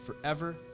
forever